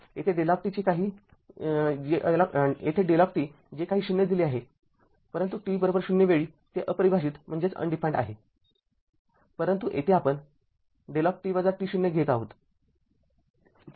तेथे δ जे काही ० दिले आहे परंतु t0 वेळी ते अपरिभाषित आहे परंतु येथे आपण δ घेत आहोत